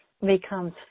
becomes